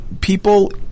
people